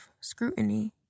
scrutiny